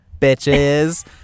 bitches